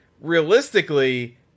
realistically